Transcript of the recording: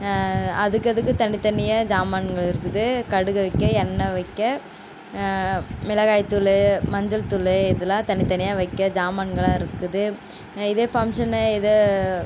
அதுக்கதுக்கு தனித்தனியாக ஜாமான்கள் இருக்குது கடுகு வைக்க எண்ணெய் வைக்க மிளகாய்தூள் மஞ்சள் தூள் இதெல்லாம் தனித்தனியாக வைக்க ஜாமான்களாம் இருக்குது இதே ஃபங்க்ஷன் இதே